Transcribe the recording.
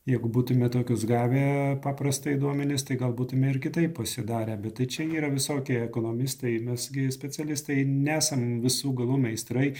jeigu būtume tokius gavę paprastai duomenis tai gal būtume ir kitaip pasidarę bet čia yra visokie ekonomistai mes gi specialistai nesam visų galų meistrai